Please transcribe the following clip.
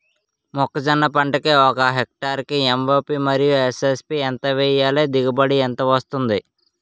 మొక్కజొన్న పంట ఒక హెక్టార్ కి ఎంత ఎం.ఓ.పి మరియు ఎస్.ఎస్.పి ఎంత వేయాలి? దిగుబడి ఎంత వస్తుంది?